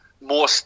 more